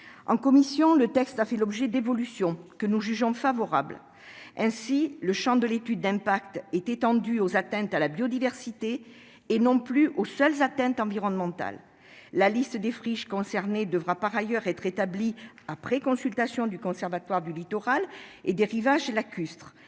En commission, le texte a connu des évolutions que nous jugeons favorables. Ainsi, le champ de l'étude d'incidence est étendu aux atteintes à la biodiversité, et n'est plus limité aux seules atteintes environnementales. La liste des friches concernées devra par ailleurs être établie après consultation du Conservatoire du littoral. Ces consultations